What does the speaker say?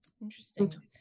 interesting